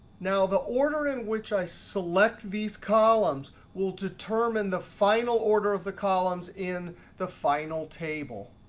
now the order in which i select these columns will determine the final order of the columns in the final table.